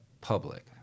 public